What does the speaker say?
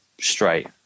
straight